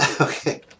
Okay